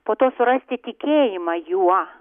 po to surasti tikėjimą juo